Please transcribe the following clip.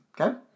Okay